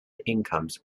incomes